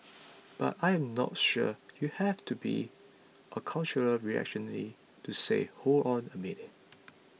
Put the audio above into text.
but I am not sure you have to be a cultural reactionary to say hold on a minute